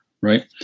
right